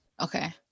okay